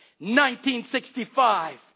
1965